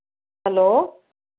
hello